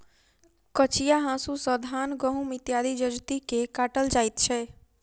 कचिया हाँसू सॅ धान, गहुम इत्यादि जजति के काटल जाइत छै